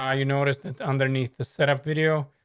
ah you know what is underneath the set up video?